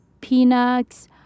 peanuts